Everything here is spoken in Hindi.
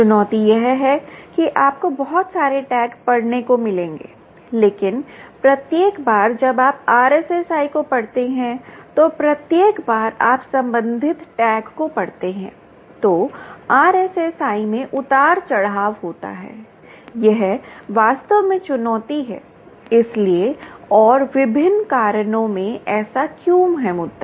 चुनौती यह है कि आपको बहुत सारे टैग पढ़ने को मिलेंगे लेकिन प्रत्येक बार जब आप RSSI को पढ़ते हैं तो प्रत्येक बार आप संबंधित टैग को पढ़ते हैं तो RSSI में उतार चढ़ाव होता है यह वास्तव में चुनौती है इसलिए और विभिन्न कारणों से ऐसा क्यों है मुद्दा